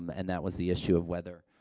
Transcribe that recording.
um and that was the issue of whether,